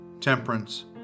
temperance